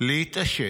נתניהו להתעשת,